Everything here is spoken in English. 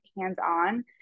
hands-on